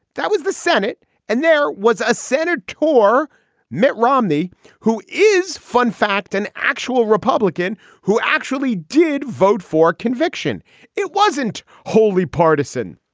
that was the senate and there was a senate ta mitt romney who is fun fact, an actual republican who actually did vote for conviction it wasn't wholly partisan.